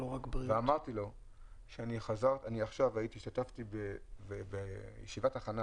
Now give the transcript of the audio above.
ואמרתי לו שהשתתפתי בישיבת הכנה